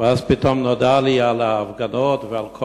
ואז פתאום נודע לי על ההפגנות ועל כל